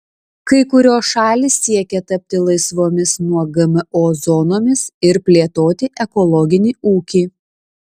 kai kurios šalys siekia tapti laisvomis nuo gmo zonomis ir plėtoti ekologinį ūkį